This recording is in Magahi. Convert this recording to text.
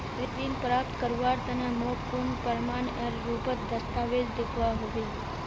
ऋण प्राप्त करवार तने मोक कुन प्रमाणएर रुपोत दस्तावेज दिखवा होबे?